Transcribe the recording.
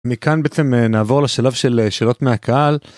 מכאן בעצם נעבור לשלב של שאלות מהקהל.